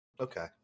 Okay